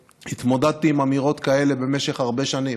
התמודדתי עם אמירות כאלה במשך הרבה שנים,